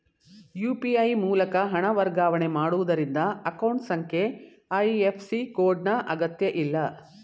UPI ಮೂಲಕ ಹಣ ವರ್ಗಾವಣೆ ಮಾಡುವುದರಿಂದ ಅಕೌಂಟ್ ಸಂಖ್ಯೆ ಐ.ಎಫ್.ಸಿ ಕೋಡ್ ನ ಅಗತ್ಯಇಲ್ಲ